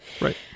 Right